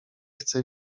chcę